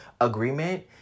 agreement